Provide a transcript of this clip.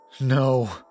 No